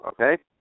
okay